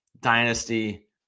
dynasty